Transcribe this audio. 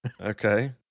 okay